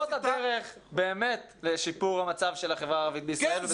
זו הדרך באמת לשיפור המצב של החברה הערבית בישראל.